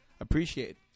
appreciate